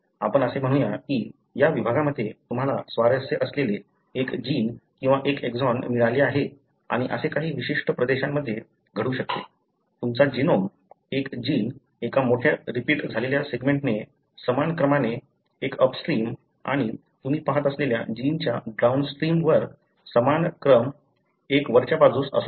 आपण असे म्हणूया की या विभागामध्ये तुम्हाला स्वारस्य असलेले एक जीन किंवा एक एक्सॉन मिळाले आहे आणि असे काही विशिष्ट प्रदेशांमध्ये घडू शकते तुमचा जीनोम एक जीन एका मोठ्या रिपीट झालेल्या सेगमेंटने समान क्रमाने एक अपस्ट्रीम आणि तुम्ही पहात असलेल्या जीनच्या डाउनस्ट्रीमवर समान क्रम एक वरच्या बाजूस असू शकतो